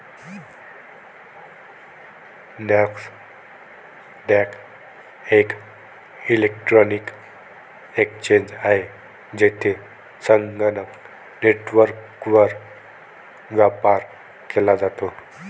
Nasdaq एक electronic exchange आहे, जेथे संगणक नेटवर्कवर व्यापार केला जातो